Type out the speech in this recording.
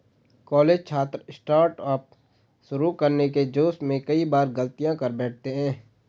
college छात्र startup शुरू करने के जोश में कई बार गलतियां कर बैठते हैं